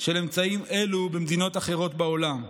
של אמצעים אלו במדינות אחרות בעולם.